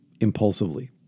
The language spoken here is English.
impulsively